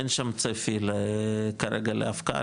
אין שם צפי כרגע להפקעה,